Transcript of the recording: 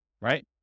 right